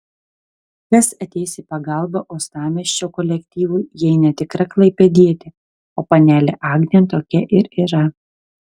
kas ateis į pagalbą uostamiesčio kolektyvui jei ne tikra klaipėdietė o panelė agnė tokia ir yra